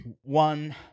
One